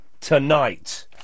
tonight